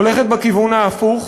היא הולכת בכיוון ההפוך.